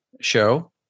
show